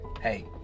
hey